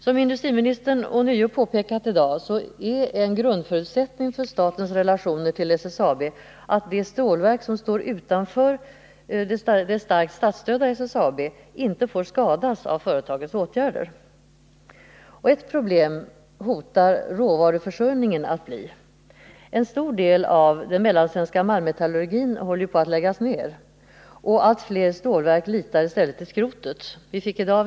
Som industriministern ånyo påpekat i dag är en grundförutsättning för statens relationer till SSAB att de stålverk som inte lyder under det till stor del statligt understödda SSAB inte skadas av företagets åtgärder. Råvaruförsörjningen hotar att bli ett problem. En stor del av den mellansvenska malmmetallurgin håller på att läggas ned, och allt fler stålverk förlitar sig i stället på skrotet.